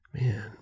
man